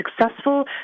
successful